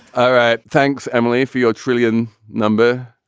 all right. thanks, emily, for your trillion number.